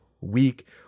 week